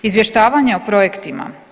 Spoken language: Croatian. Izvještavanje o projektima.